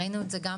ראינו את זה גם